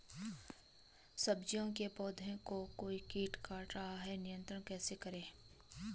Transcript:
सब्जियों के पौधें को कोई कीट काट रहा है नियंत्रण कैसे करें?